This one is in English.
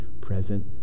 present